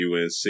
UNC